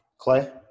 Clay